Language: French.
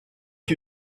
qui